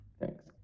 Thanks